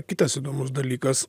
kitas įdomus dalykas